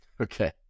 Okay